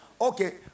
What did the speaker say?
Okay